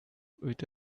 with